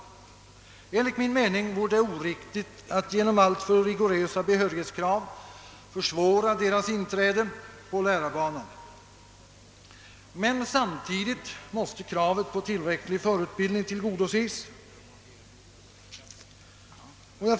Enligt min mening vore det oriktigt att genom alltför rigorösa behörighetskrav försvåra deras inträde på lärarbanan. Samtidigt måste kravet på tillräcklig förutbildning tillgodoses.